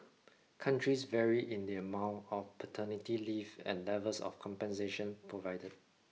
countries vary in the amount of paternity leave and levels of compensation provided